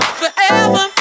forever